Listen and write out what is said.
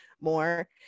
more